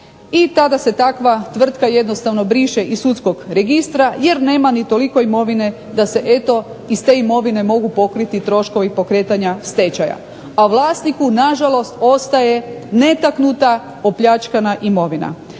I tada se takva tvrtka jednostavno briše iz sudskog registra jer nema ni toliko imovine da se eto iz te imovine mogu pokriti troškovi pokretanja stečaja, a vlasniku nažalost ostaje netaknuta opljačkana imovina.